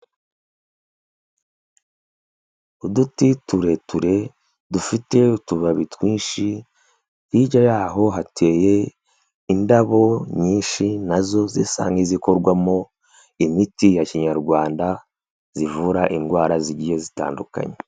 Uduti tureture dufite utubabi twinshi hirya yaho hateye indabo nyinshi nazo zisa nk'izikorwamo imiti ya kinyarwanda zivura indwara zigiye zitandukanye.